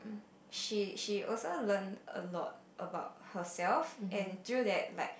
she she also learnt a lot about herself and through that